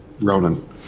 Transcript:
Ronan